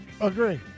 Agree